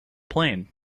plane